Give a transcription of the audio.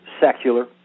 secular